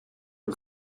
این